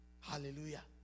Hallelujah